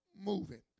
moving